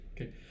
okay